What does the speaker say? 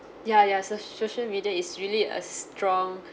ya ya so social media is really a strong